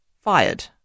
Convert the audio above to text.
fired